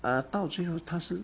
uh 到最后它是